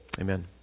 amen